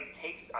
takes